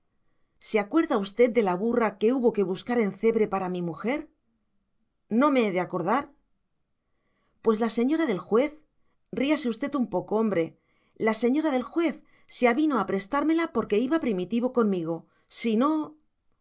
se acuerda usted de la burra que hubo que buscar en cebre para mi mujer no me he de acordar pues la señora del juez ríase usted un poco hombre la señora del juez se avino a prestármela porque iba primitivo conmigo si